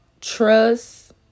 Trust